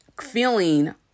feeling